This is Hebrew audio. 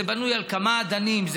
זה בנוי על כמה אדנים.